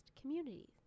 communities